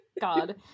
god